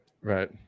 Right